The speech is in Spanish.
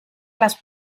las